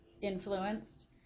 influenced